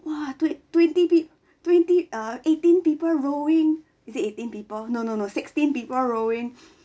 !wah! twen~ twenty peo~ twenty uh eighteen people rowing is it eighteen people no no no sixteen people rowing